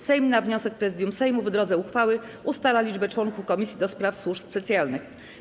Sejm, na wniosek Prezydium Sejmu, w drodze uchwały ustala liczbę członków Komisji do Spraw Służb Specjalnych.